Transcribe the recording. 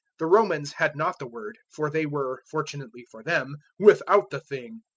the romans had not the word, for they were, fortunately for them, without the thing.